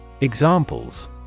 Examples